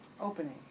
Opening